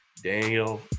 Daniel